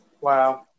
Wow